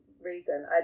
reason